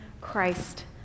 Christ